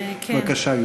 בבקשה,